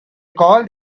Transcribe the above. called